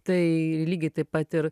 tai lygiai taip pat ir